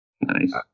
Nice